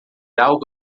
algo